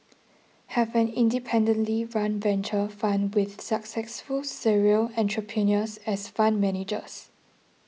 have an independently run venture fund with successful serial entrepreneurs as fund managers